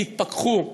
תתפכחו.